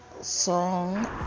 song